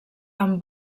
amb